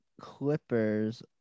Clippers